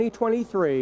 2023